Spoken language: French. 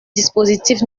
dispositif